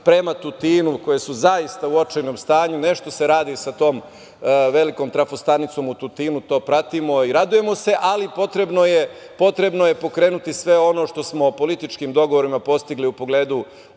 prema Tutinu, koje su zaista u očajnom stanju, nešto se radi sa tom velikom trafostanicom u Tutinu, to pratimo i radujemo se, ali potrebno je pokrenuti sve ono što smo političkim dogovorima postigli u pogledu